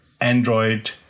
Android